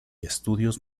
estudios